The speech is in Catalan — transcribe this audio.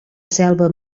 selva